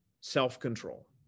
self-control